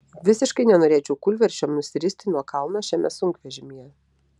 visiškai nenorėčiau kūlversčiom nusiristi nuo kalno šiame sunkvežimyje